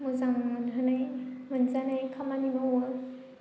मोजां मोनहोनाय मोनजानाय खामानि मावो